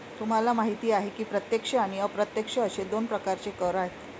तुम्हाला माहिती आहे की प्रत्यक्ष आणि अप्रत्यक्ष असे दोन प्रकारचे कर आहेत